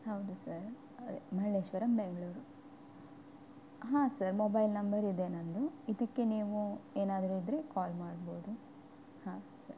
ಹೌದು ಸರ್ ಅದೇ ಮಲ್ಲೇಶ್ವರಂ ಬೆಂಗಳೂರು ಹಾಂ ಸರ್ ಮೊಬೈಲ್ ನಂಬರ್ ಇದೆ ನನ್ನದು ಇದಕ್ಕೆ ನೀವು ಏನಾದರು ಇದ್ದರೆ ಕಾಲ್ ಮಾಡ್ಬೋದು ಹಾಂ ಸರ್